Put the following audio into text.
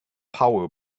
power